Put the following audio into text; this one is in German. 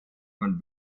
von